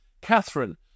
Catherine